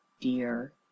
dear